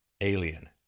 alien